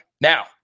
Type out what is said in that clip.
Now